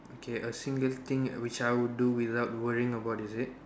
okay a single thing which I would do without worrying about is it